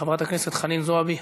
חברת הכנסת חנין זועבי,